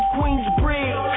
Queensbridge